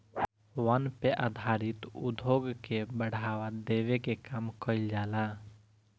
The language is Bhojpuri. वन पे आधारित उद्योग के बढ़ावा देवे के काम कईल जाला